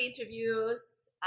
interviews